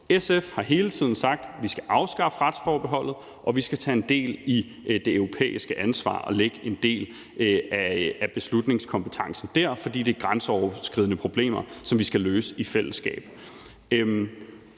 SF har hele tiden sagt: Vi skal afskaffe retsforbeholdet, og vi skal tage del i det europæiske ansvar og lægge en del af beslutningskompetencen dér, fordi det er grænseoverskridende problemer, som vi skal løse i fællesskab.